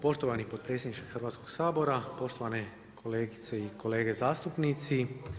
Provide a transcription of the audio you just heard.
Poštovani potpredsjedniče Hrvatskog sabora, poštovane kolegice i kolege zastupnici.